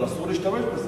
אבל אסור להשתמש בזה.